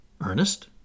Ernest